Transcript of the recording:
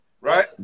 right